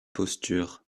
posture